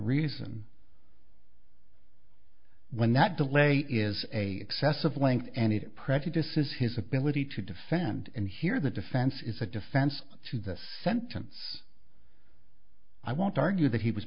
reason when that delay is a excessive length and it prejudices his ability to defend and here the defense is a defense to this sentence i won't argue that he was